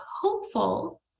hopeful